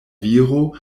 viro